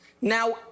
Now